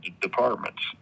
departments